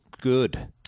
good